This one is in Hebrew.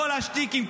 כל השטיקים,